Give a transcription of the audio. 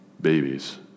babies